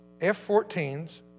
F-14s